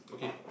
okay